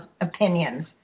opinions